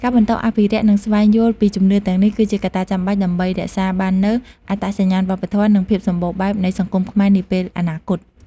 ការបន្តអភិរក្ស និងស្វែងយល់ពីជំនឿទាំងនេះ គឺជាកត្តាចាំបាច់ដើម្បីរក្សាបាននូវអត្តសញ្ញាណវប្បធម៌ និងភាពសម្បូរបែបនៃសង្គមខ្មែរនាពេលអនាគត។